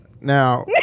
Now